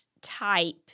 type